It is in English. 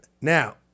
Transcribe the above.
Now